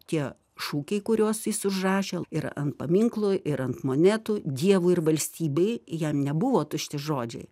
tie šūkiai kuriuos jis užrašė ir ant paminklo ir ant monetų dievui ir valstybei jam nebuvo tušti žodžiai